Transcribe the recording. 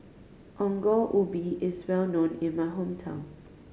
Ongol Ubi is well known in my hometown